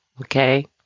okay